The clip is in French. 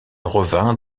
revint